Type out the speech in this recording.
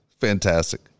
Fantastic